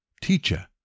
Teacher